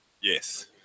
Yes